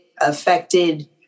affected